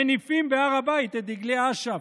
מניפים בהר הבית את דגלי אש"ף?